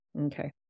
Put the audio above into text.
Okay